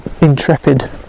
Intrepid